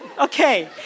Okay